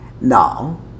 Now